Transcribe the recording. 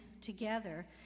together